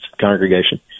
congregation